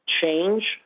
change